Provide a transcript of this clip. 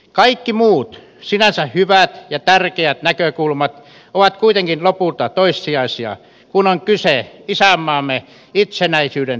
kaikki muut sinänsä hyvät ja tärkeät näkökulmat ovat kuitenkin lopulta toissijaisia kun on kyse isänmaamme itsenäisyyden turvaamisesta